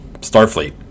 Starfleet